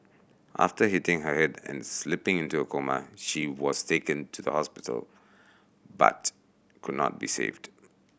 after hitting her head and slipping into a coma she was taken to the hospital but could not be saved